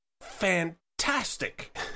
fantastic